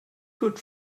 good